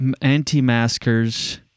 anti-maskers